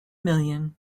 million